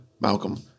Malcolm